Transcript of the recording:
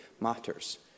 matters